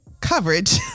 coverage